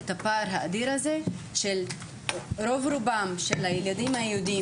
כדי לכסות את הפער האדיר הזה שרוב רובם של הילדים היהודים